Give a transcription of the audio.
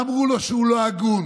אמרו לו שהוא לא הגון,